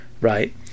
Right